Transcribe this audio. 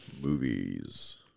Movies